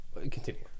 Continue